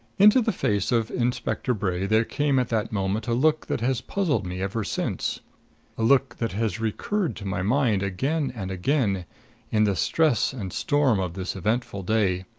into the face of inspector bray there came at that moment a look that has puzzling me ever since a look that has recurred to my mind again and again in the stress and storm of this eventful day.